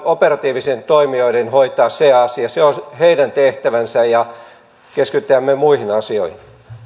operatiivisten toimijoiden hoitaa se asia se on heidän tehtävänsä ja me keskitymme muihin asioihin